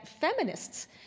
feminists